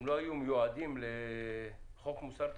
לא היו מיועדים לחוק מוסר התשלומים?